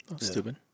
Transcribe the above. Stupid